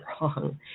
wrong